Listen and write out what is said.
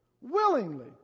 willingly